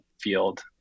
field